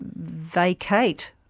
vacate